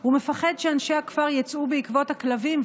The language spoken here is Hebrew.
הוא מפחד שאנשי הכפר יצאו בעקבות הכלבים,